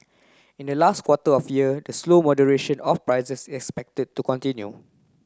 in the last quarter of year the slow moderation of prices is expected to continue